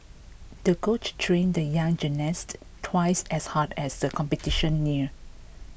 the coach trained the young gymnast twice as hard as the competition neared